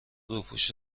روپوش